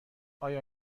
آیا